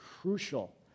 crucial